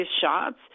shots